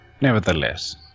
nevertheless